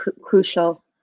crucial